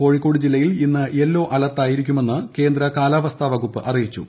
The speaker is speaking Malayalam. കോഴിക്കോട്ട് ജില്ലയിൽ ഇന്ന് യെല്ലോ അലേർട്ട് ആയിരിക്കുമെന്ന് കേന്ദ്ര കാല്പ്പ്പെട്ട് വകുപ്പ് അറിയിച്ചു